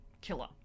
killer